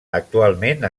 actualment